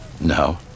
No